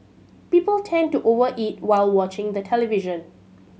people tend to over eat while watching the television